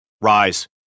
Rise